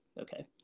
okay